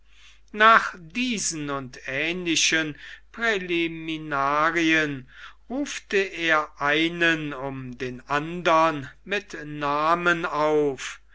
nach diesen und ähnlichen präliminarien ruft er einen um den andern mit namen auf